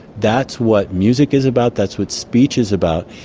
that's what music is about, that's what speech is about,